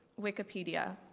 wikipedia.